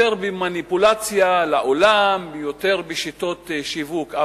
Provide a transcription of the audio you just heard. יותר במניפולציה לעולם ויותר בשיטות שיווק,